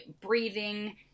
breathing